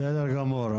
בסדר גמור.